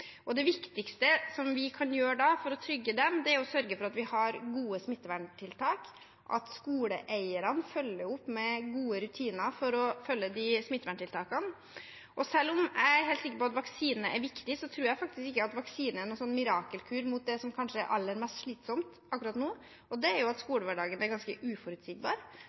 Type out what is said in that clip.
Det viktigste vi kan gjøre for å trygge dem, er å sørge for at vi har gode smitteverntiltak, og at skoleeierne følger opp med gode rutiner for å følge de smitteverntiltakene. Og selv om jeg er helt sikker på at vaksine er viktig, tror jeg faktisk ikke at vaksine er noen mirakelkur mot det som kanskje er aller mest slitsomt akkurat nå, og det er jo at skolehverdagen er ganske uforutsigbar.